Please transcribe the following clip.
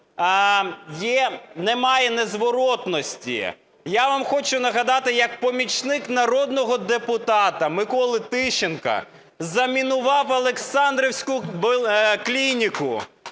немає незворотності. Я вам хочу нагадати, як помічник народного депутата Миколи Тищенка замінував Олександрівську клініку.